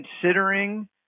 considering